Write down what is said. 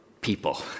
people